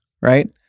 right